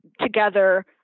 together